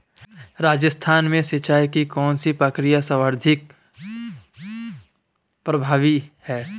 राजस्थान में सिंचाई की कौनसी प्रक्रिया सर्वाधिक प्रभावी है?